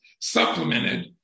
supplemented